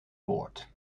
woord